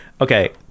okay